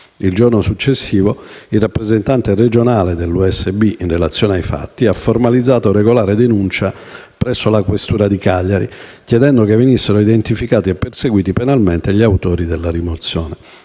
Il giorno successivo, il rappresentante regionale dell'USB, in relazione ai fatti, ha formalizzato regolare denuncia presso la questura di Cagliari, chiedendo che venissero identificati e perseguiti penalmente gli autori della rimozione.